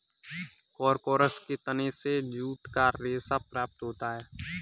Corchorus के तने से जूट का रेशा प्राप्त होता है